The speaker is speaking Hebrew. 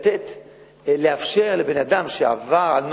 ולאפשר לבן-אדם שעבר על נוהל,